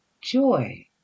joy